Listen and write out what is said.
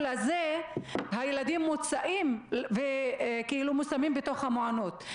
הזה הילדים מוצאים ומושמים בתוך המעונות.